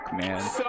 man